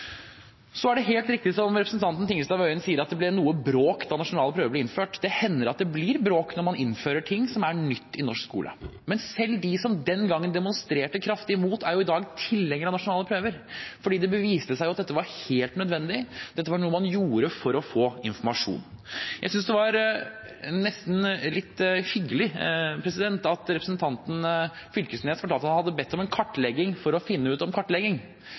Så er det helt riktig som representanten Tingelstad Wøien sier, at det ble noe bråk da de nasjonale prøvene ble innført. Det hender at det blir bråk når man innfører noe som er nytt i norsk skole. Men selv de som den gangen demonstrerte kraftig imot, er jo i dag tilhengere av nasjonale prøver, fordi det viste seg at dette var helt nødvendig, dette var noe man gjorde for å få informasjon. Jeg syntes det var nesten litt hyggelig at representanten Knag Fylkesnes fortalte at han hadde bedt om en kartlegging for å finne ut om kartlegging.